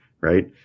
right